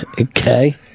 Okay